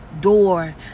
door